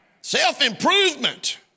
Self-improvement